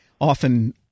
Often